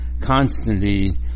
constantly